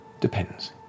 Depends